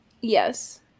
Yes